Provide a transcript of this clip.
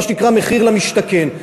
מה שנקרא המחיר למשתכן,